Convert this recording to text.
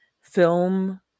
film